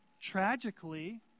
tragically